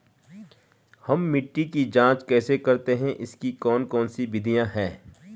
हम मिट्टी की जांच कैसे करते हैं इसकी कौन कौन सी विधियाँ है?